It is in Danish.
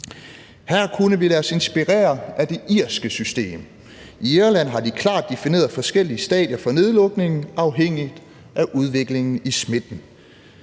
Her kunne vi lade os inspirere af det irske system. I Irland har de klart defineret forskellige stadier for nedlukningen afhængigt af udviklingen i smitten.